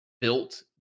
built